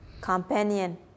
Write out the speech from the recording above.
Companion